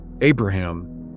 Abraham